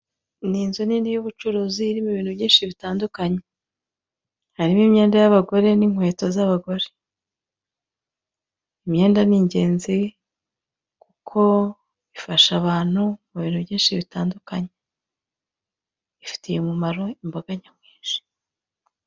Ni inzu nini y'ubuzi irimo ibintu byinshi bitandukanye, harimo imyenda y'abagore n'inkweto z'abagore, imyenda ni ingenzi kuko ifasha abantu mu bintu byinshi bitandukanye, bifitiye umumaro imbaga nyamwinshi